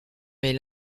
mes